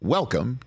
Welcome